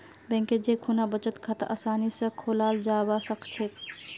बैंकत जै खुना बचत खाता आसानी स खोलाल जाबा सखछेक